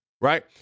right